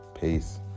Peace